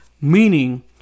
Meaning